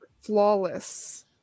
flawless